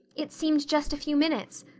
it seemed just a few minutes.